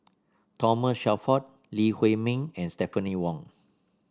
Thomas Shelford Lee Huei Min and Stephanie Wong